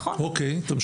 אוקיי, תמשיכי.